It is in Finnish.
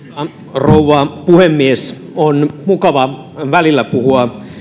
rouva puhemies on mukava välillä puhua